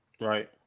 Right